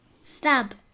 Stab